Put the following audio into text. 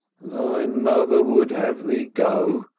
thy mother would have thee go,